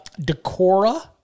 Decora